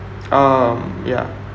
um ya